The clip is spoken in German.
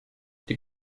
die